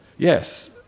Yes